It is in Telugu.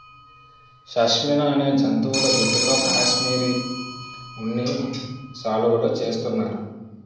షష్మినా అనే జంతువుల జుట్టుతో కాశ్మిరీ ఉన్ని శాలువులు చేస్తున్నారు